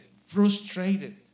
frustrated